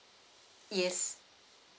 yes